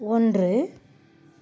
ஒன்று